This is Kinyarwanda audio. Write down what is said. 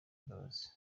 imbabazi